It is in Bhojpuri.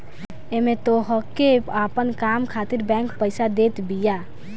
एमे तोहके अपन काम खातिर बैंक पईसा देत बिया